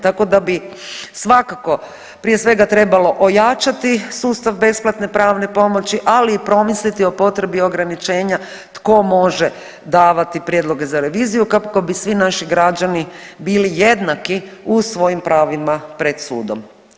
Tako da bi svakako prije svega trebalo ojačati sustav besplatne pravne pomoći, ali i promisliti o potrebi ograničenja tko može davati prijedloge za reviziju kako bi svi naši građani bili jednaki u svojim pravima pred sudom.